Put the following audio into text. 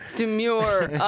demure.